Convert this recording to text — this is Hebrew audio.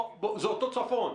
זה אותו צפון.